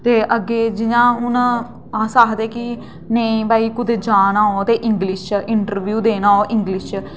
ते अग्गें जि'यां हून अस आखदे कि नेईं भाई कुतै जाना पवै तां इंग्लिश च इंटरव्यू देना